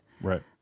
Right